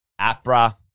APRA